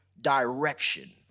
direction